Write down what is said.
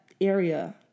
area